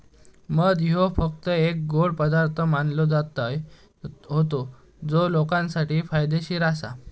मध ह्यो फक्त एक गोड पदार्थ मानलो जायत होतो जो लोकांसाठी फायदेशीर आसा